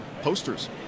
posters